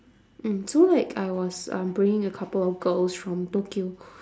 mm so like I was um bringing a couple of girls from tokyo